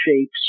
shapes